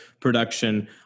production